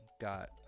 got